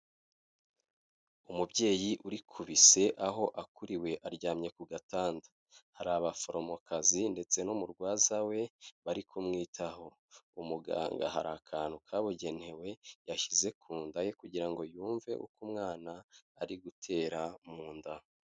Umubyeyi uri ku bise aho akuriwe aryamye ku gatanda, hari abaforomokazi ndetse n'umurwaza we bari kumwitaho, umuganga hari akantu kabugenewe yashyize ku nda ye kugira ngo yumve uko umwana ari gutera mu nda.